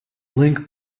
link